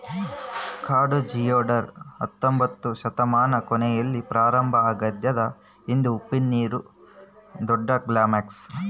ಕಾಡು ಜಿಯೊಡಕ್ ಹತ್ತೊಂಬೊತ್ನೆ ಶತಮಾನದ ಕೊನೆಯಲ್ಲಿ ಪ್ರಾರಂಭ ಆಗ್ಯದ ಇದು ಉಪ್ಪುನೀರಿನ ದೊಡ್ಡಕ್ಲ್ಯಾಮ್